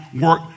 work